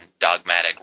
dogmatic